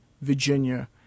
Virginia